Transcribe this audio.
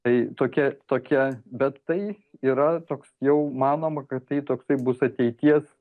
tai tokia tokia bet tai yra toks jau manoma kad tai toksai bus ateities